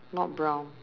not brown